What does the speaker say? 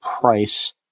price